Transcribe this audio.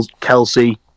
Kelsey